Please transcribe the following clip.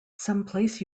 someplace